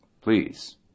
Please